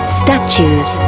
statues